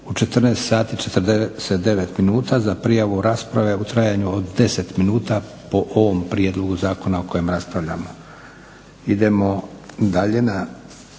u 14,49 sati za prijavu rasprave u trajanju od 10 minuta po ovom prijedlogu zakona o kojem raspravljamo. Idemo dalje na